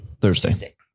thursday